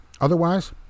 Otherwise